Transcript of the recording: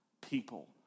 people